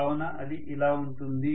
కావున అది ఇలా ఉంటుంది